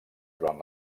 durant